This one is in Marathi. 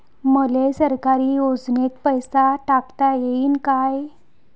मले सरकारी योजतेन पैसा टाकता येईन काय?